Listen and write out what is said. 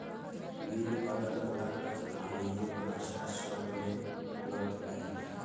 bill अलग अलग स्थानीय भाषा सभ में उपलब्ध हइ